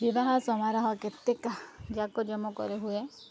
ବିବାହ ସମାରୋହ କେତେକ ଜାକଜକମରେ ହୁଏ